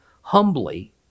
humbly